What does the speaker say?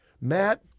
Matt